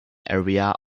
area